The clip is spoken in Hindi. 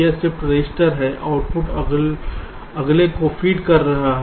यह शिफ्ट रजिस्टर है आउटपुट अगले को फीड कर रहा है